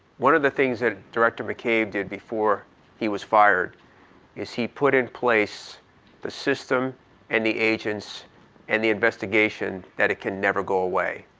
one of the things that director mccabe did before he was fired is he put in place the system and the agents and the investigation that it can never go away.